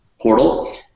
portal